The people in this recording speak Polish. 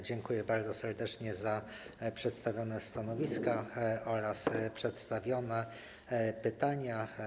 Dziękuję bardzo serdecznie za przedstawione stanowiska oraz przedstawione pytania.